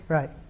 Right